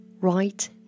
right